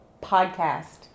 podcast